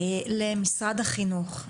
למשרד החינוך.